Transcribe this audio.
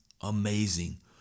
amazing